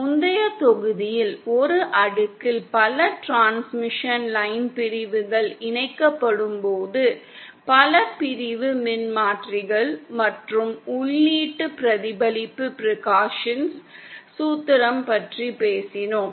முந்தைய தொகுதியில் ஒரு அடுக்கில் பல டிரான்ஸ்மிஷன் லைன் பிரிவுகள் இணைக்கப்படும்போது 'பல பிரிவு மின்மாற்றிகள்' மற்றும் உள்ளீட்டு பிரதிபலிப்பு பிரிகஷன் சூத்திரம் பற்றி பேசினோம்